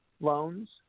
loans